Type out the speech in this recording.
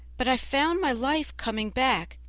but i found my life coming back,